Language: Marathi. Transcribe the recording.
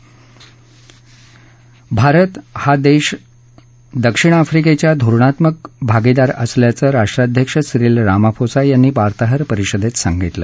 तर भारत हा देश दक्षिण आफ्रिकेच्या धोरणात्मक भागीदार असल्याचं राष्ट्राध्यक्ष सीरील रामाफोसा यांनी वार्ताहर परिषदेत सांगितलं